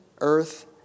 earth